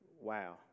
wow